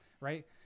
right